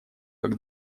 как